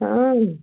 ହଁ